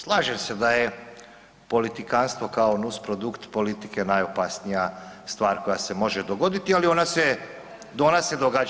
Slažem se da je politikanstvo kao nusprodukt politike najopasnija stvar koja se može dogoditi ali ona se događa.